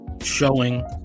showing